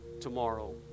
tomorrow